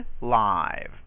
live